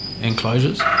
enclosures